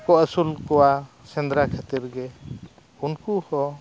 ᱠᱚ ᱟᱹᱥᱩᱞ ᱠᱚᱣᱟ ᱥᱮᱸᱫᱽᱨᱟ ᱠᱷᱟᱹᱛᱤᱨ ᱜᱮ ᱩᱱᱠᱩ ᱦᱚᱸ